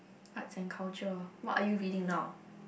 arts and culture what are you reading now